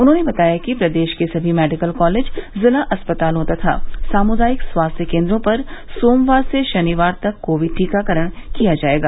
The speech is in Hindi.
उन्होंने बताया कि प्रदेश के सभी मेडिकल कॉलेज जिला अस्पतालों तथा सामुदायिक स्वास्थ्य केन्द्रों पर सोमवार से शनिवार तक कोविड टीकाकरण किया जायेगा